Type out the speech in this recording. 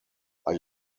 are